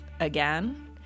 again